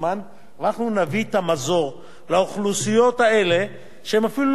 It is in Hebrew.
אבל אנחנו נביא את המזור לאוכלוסיות האלה שהן אפילו לפעמים